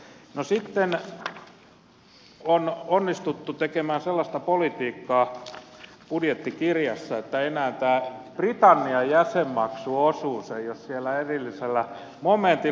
no sitten on onnistuttu tekemään sellaista politiikkaa budjettikirjassa että enää tämä britannian jäsenmaksuosuus ei ole siellä erillisellä momentilla